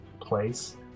place